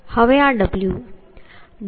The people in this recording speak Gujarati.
હવે આ w